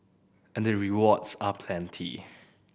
and they rewards are plenty